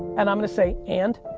and i'm gonna say, and?